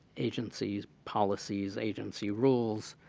agency policies, agency rules,